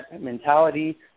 mentality